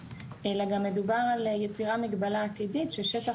אלא מדובר גם על יצירת מגבלה עתידית ששטח